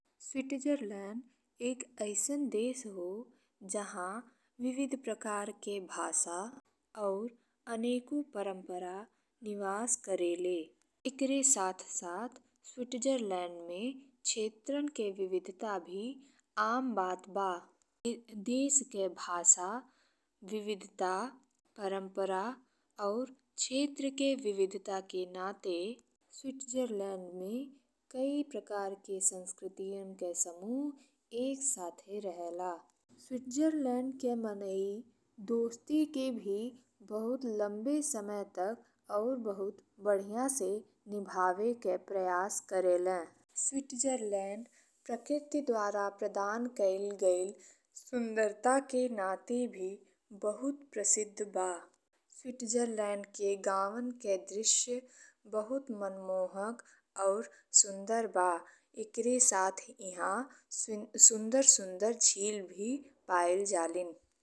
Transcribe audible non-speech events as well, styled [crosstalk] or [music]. Switzerland एक अइसन देश हो जहा विविध प्रकार के भाषा और अनेको परंपरा निवास करेलें। ईकरे साथ-साथ स्विट्जरलैंड में क्षेतरन के विविधता भी आम बात बा। [hesitation] ई देश के भाषा, विविधता, परंपरा और क्षेत्र के विविधता के नाते स्विट्जरलैंड में कई प्रकार के संस्कृतियन के समूह [noise] एक साथे रहेला। स्विट्जरलैंड के मनई दोस्ती के भी बहुत लंबे समय तक और बहुत बढ़िया से निभावे के प्रयास करेलें। स्विट्जरलैंड प्रकृति द्वारा प्रदान कइल गइल सुंदरता के नाते भी बहुत प्रसिद्ध बा। स्विट्जरलैंड के गावन के दृश्य बहुत मनमोहक और सुंदर बा। ईकरे साथ इहाँ सुंदर-सुंदर झील भी पाइल जालिन।